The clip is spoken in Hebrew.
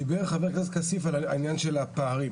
דיבר חבר הכנסת כסיף על העניין של הפערים.